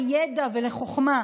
לידע ולחוכמה.